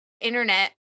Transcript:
internet